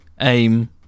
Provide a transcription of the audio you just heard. aim